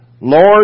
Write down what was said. Lord